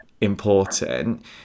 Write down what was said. important